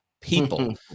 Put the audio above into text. people